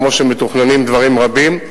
כמו שמתוכננים דברים רבים,